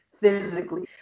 physically